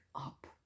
up